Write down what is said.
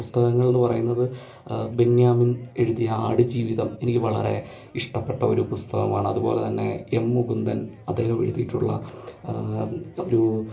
പുസ്തകങ്ങൾ എന്ന് പറയുന്നത് ബെന്യാമിൻ എഴുതിയ ആട് ജീവിതം എനിക്ക് വളരെ ഇഷ്ടപ്പെട്ട ഒരു പുസ്തകമാണ് അതുപോലെ തന്നെ എം മുകുന്ദൻ അദ്ദേഹം എഴുതിയിട്ടുള്ള ഒരു